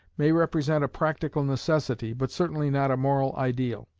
may represent a practical necessity, but certainly not a moral ideal.